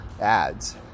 ads